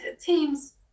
teams